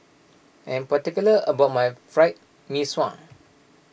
I am particular about my Fried Mee Sua